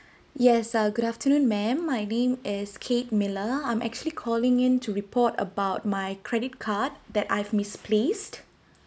yes err good afternoon ma'am my name is kate miller I'm actually calling in to report about my credit card that I've misplaced